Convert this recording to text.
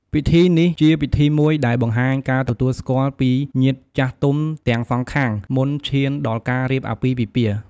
ពិធីនេះជា ពិធីមួយដែលបង្ហាញការទទួលស្គាល់ពីញាតិចាស់ទុំទាំងសងខាងមុនឈានដល់ការរៀបអាពាហ៍ពិពាហ៍។